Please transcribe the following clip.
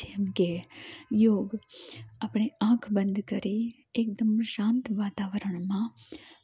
જેમકે યોગ આપણે આંખ બંધ કરી એક્દમ શાંત વાતાવરણમાં